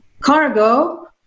cargo